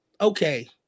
okay